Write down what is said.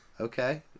okay